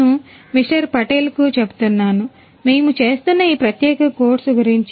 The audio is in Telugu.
నేను మిస్టర్ పటేల్ కు చెబుతున్నాను మేము చేస్తున్నా ఈ ప్రత్యేక కోర్సు గురించి